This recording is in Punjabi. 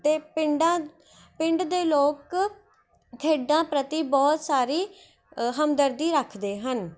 ਅਤੇ ਪਿੰਡਾਂ ਪਿੰਡ ਦੇ ਲੋਕ ਖੇਡਾਂ ਪ੍ਰਤੀ ਬਹੁਤ ਸਾਰੀ ਹਮਦਰਦੀ ਰੱਖਦੇ ਹਨ